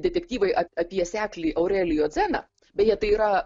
detektyvai apie seklį aurelijų adzeną beje tai yra